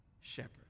shepherd